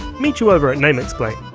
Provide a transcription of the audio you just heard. meet you over at name explain,